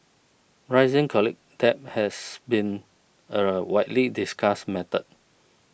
rising college debt has been a widely discussed matter